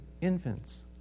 infants